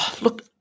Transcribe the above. Look